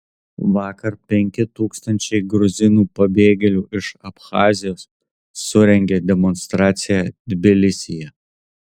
vakar penki tūkstančiai gruzinų pabėgėlių iš abchazijos surengė demonstraciją tbilisyje